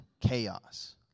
chaos